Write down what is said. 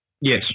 Yes